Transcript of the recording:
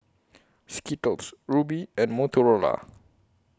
Skittles Rubi and Motorola